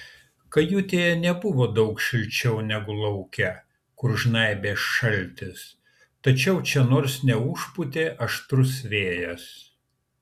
kajutėje nebuvo daug šilčiau negu lauke kur žnaibė šaltis tačiau čia nors neužpūtė aštrus vėjas